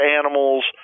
animals